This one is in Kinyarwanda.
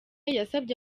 yasabye